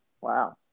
wow